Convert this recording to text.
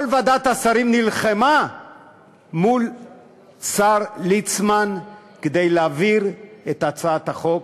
כל ועדת השרים נלחמה מול השר ליצמן כדי להעביר את הצעת החוק,